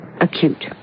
Acute